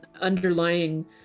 underlying